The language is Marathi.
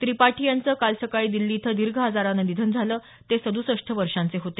त्रिपाठी यांचं काल सकाळी दिल्ली इथं दीर्घ आजारानं निधन झालं ते सद्रसष्ठ वर्षांचे होते